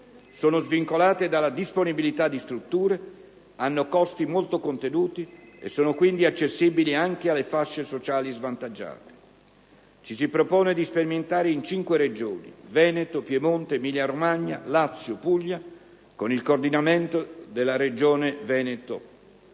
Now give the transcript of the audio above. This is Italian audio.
sono svincolate dalla disponibilità di strutture, hanno costi molto contenuti e sono quindi accessibili anche alle fasce sociali svantaggiate. Ci si propone di sperimentare in cinque Regioni (Veneto, Piemonte, Emilia-Romagna, Lazio e Puglia con il coordinamento della Regione Veneto-ULSS